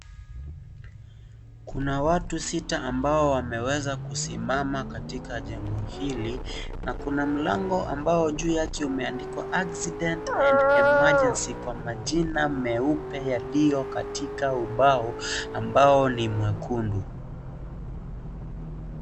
Kuna watu sita ambao wameweza kusimama katika jengo hili na kuna mlango amabo juu umeandikwa Accident and Emergency kwa majina meupe yaliyo katika ubao ambao ni mwekundu.